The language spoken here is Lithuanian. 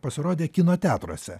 pasirodė kino teatruose